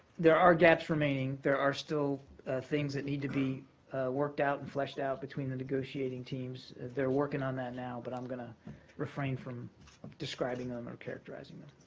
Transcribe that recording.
there are gaps remaining. there are still things that need to be worked out and fleshed out between the negotiating teams. they're working on that now. but i'm going to refrain from describing them or characterizing them.